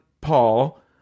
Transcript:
Paul